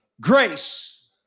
grace